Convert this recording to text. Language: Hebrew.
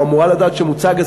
או אמורה לדעת שמוצג,